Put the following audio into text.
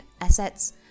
assets